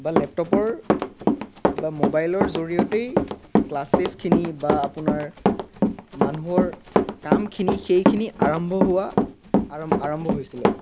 বা লেপটপৰ বা মোবাইলৰ জৰিয়তেই ক্লাছেছখিনি বা আপোনাৰ মানুহৰ কামখিনি সেইখিনি আৰম্ভ হোৱা আৰম্ভ হৈছিলে